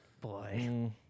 boy